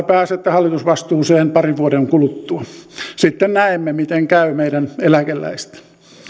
pääsette hallitusvastuuseen parin vuoden kuluttua sitten näemme miten käy meidän eläkeläisten